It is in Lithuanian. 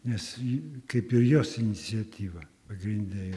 nes ji kaip ir jos iniciatyva pagrinde yra